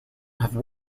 have